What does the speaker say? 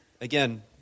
again